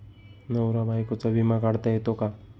नवरा बायकोचा विमा काढता येतो का?